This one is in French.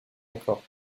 accord